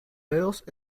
dedos